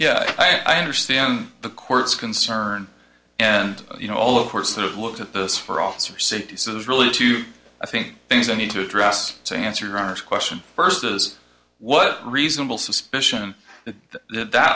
yeah i understand the court's concern and you know all of course it looked at this for officer city so there's really two i think things i need to address to answer your honor's question versus what reasonable suspicion that